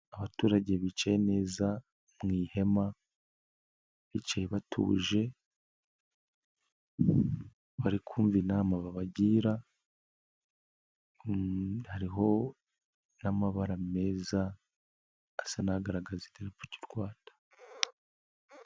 Abaturage bicaye neza mu ihema, bicaye batuje bari kumva inama babagira, hariho n'amabara meza asa n'agaragaza idarapo ry'u Rwanda.